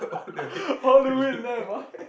all the way left ah